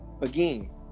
again